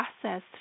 process